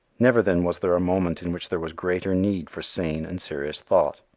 never then was there a moment in which there was greater need for sane and serious thought.